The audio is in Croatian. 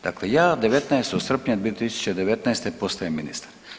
Dakle ja 19. srpnja 2019. postajem ministar.